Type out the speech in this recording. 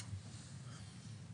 ממשק צה"ל משק אזרחי בתחום ההובלה).